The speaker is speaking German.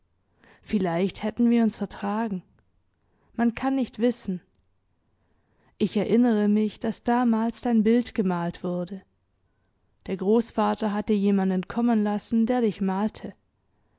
vielleicht hätten wir uns vertragen man kann nicht wissen ich erinnere mich daß damals dein bild gemalt wurde der großvater hatte jemanden kommen lassen der dich malte